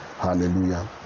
Hallelujah